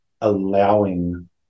allowing